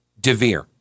DeVere